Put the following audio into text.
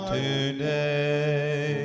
today